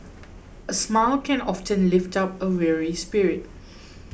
a smile can often lift up a weary spirit